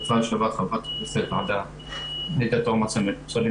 --- חברת הכנסת ויו"ר הוועדה עאידה תומא סלימאן.